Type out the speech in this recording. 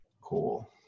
Cool